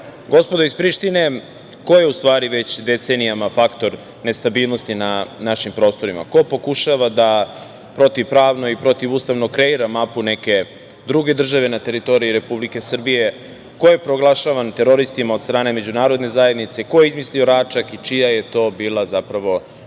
iz Prištine, ko je u stvari već decenijama faktor nestabilnosti na našim prostorima, ko pokušava da protivpravno i protivustavno kreira mapu neke druge države na teritoriji Republike Srbije, ko je proglašavan teroristima od strane međunarodne zajednice i ko je izmislio Račak i čija je to bila zapravo